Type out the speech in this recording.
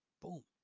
Boom